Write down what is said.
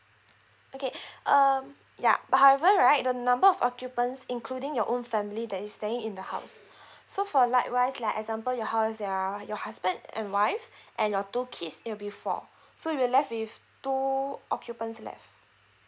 okay um ya but however right the number of occupants including your own family that is staying in the house so for like wise like example your house there are your husband and wife and your two kids it'll be four so we are left with two occupants left